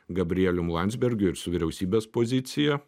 gabrielium landsbergiu ir su vyriausybės pozicija